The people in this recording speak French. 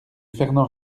fernand